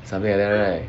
something like that right